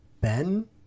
Ben